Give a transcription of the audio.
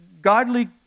godly